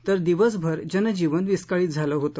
तर दिवसभर जनजीवन विस्कळीत झालं होत